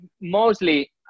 mostly